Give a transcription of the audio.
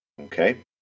okay